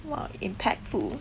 !wah! impactful